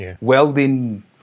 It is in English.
welding